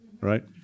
right